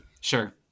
Sure